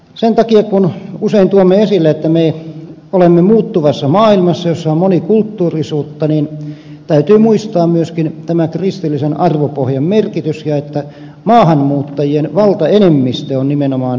sen takia kun usein tuomme esille että me olemme muuttuvassa maailmassa jossa on monikulttuurisuutta täytyy muistaa myöskin tämä kristillisen arvopohjan merkitys ja että maahanmuuttajien valtaenemmistö on nimenomaan kristittyjä